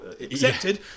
accepted